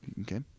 Okay